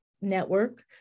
network